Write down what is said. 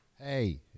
Hey